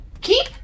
Keep